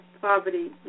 poverty